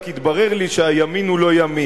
רק התברר לי שהימין הוא לא ימין.